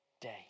day